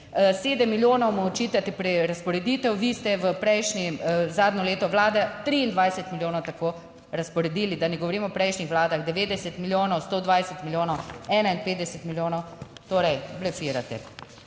milijonov mu očitate prerazporeditev, vi ste v prejšnji, zadnje leto Vlade 23 milijonov tako razporedili, da ne govorim o prejšnjih vladah - 90 milijonov, 120 milijonov, 51 milijonov. Torej blefirate.